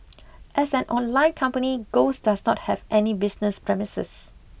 as an online company Ghost does not have any business premises